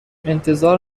انتظار